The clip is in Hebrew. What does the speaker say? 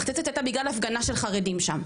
המכת"זית הזאת הייתה בגלל הפגנה של חרדים שם.